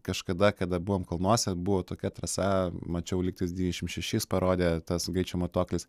kažkada kada buvom kalnuose buvo tokia trasa mačiau lygtais dvidešimt šešis parodė tas greičio matuoklis